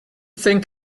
think